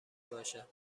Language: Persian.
باشد